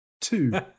two